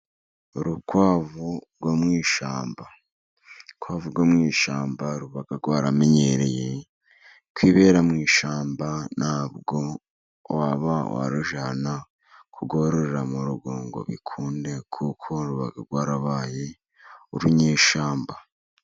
Urukwavu rwo mwishyamba, urukwavu rwo mu ishyamba ruba rwaramenyereye kwibera mu ishyamba, ntabwo waba warujyana kurwororera mu rugo ngo bikunde, kuko ruba rwarabaye urunyeshyamba.